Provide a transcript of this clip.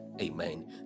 amen